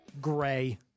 Gray